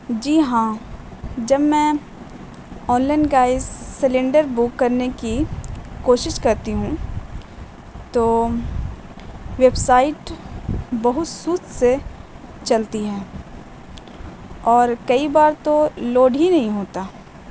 جی ہاں جب میں آنلائن گیس سلینڈر بک کرنے کی کوشش کرتی ہوں تو ویبسائٹ بہت سست سے چلتی ہے اور کئی بار تو لوڈ ہی نہیں ہوتا